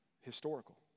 historical